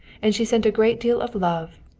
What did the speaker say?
and she sent a great deal of love,